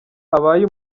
abaye